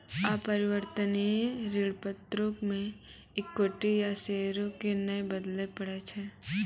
अपरिवर्तनीय ऋण पत्रो मे इक्विटी या शेयरो के नै बदलै पड़ै छै